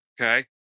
Okay